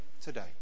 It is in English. today